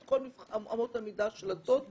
את כל אמות המידה של הטוטו,